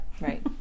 right